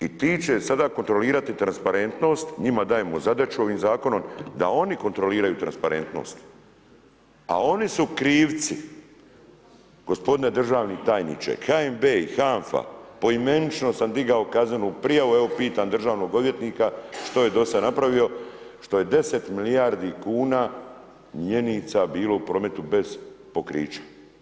I ti će sada kontrolirati transparentnost, njima dajemo zadaću ovim zakonom da oni kontroliraju transparentnost a oni su krivci gospodine državni tajniče, HNB i HANFA poimenično sam digao kaznenu prijavu, evo pitam državnog odvjetnika, što je do sad napravio što je 10 milijardi kuna mjenica bilo u prometu bez pokrića?